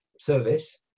service